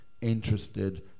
interested